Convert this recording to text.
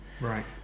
right